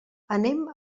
anem